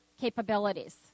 capabilities